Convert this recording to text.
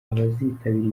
abazitabira